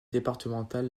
départementale